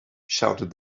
shouted